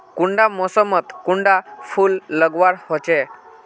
कुंडा मोसमोत कुंडा फुल लगवार होछै?